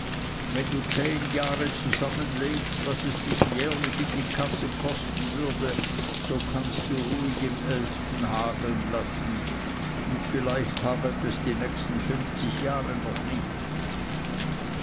wenn du zehn jahre zusammenlegst was es dich in die kasse jährlich kosten würde so kannst du ruhig im eilften hageln lassen und vielleicht hagelt es die nächsten fünfzig jahre noch nicht